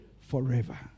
forever